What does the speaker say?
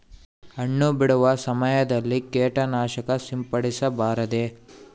ಹಣ್ಣು ಬಿಡುವ ಸಮಯದಲ್ಲಿ ಕೇಟನಾಶಕ ಸಿಂಪಡಿಸಬಾರದೆ?